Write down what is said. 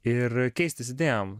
ir keistis idėjom